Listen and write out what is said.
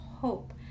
hope